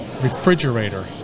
refrigerator